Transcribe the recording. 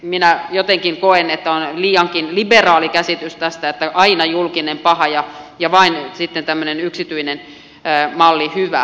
minä jotenkin koen että on liiankin liberaali käsitys tästä että aina julkinen on paha ja vain sitten tämmöinen yksityinen malli hyvä